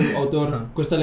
autor